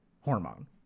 hormone